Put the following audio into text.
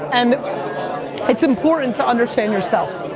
and it's important to understand yourself.